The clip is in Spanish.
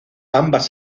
ambas